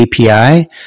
API